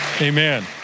amen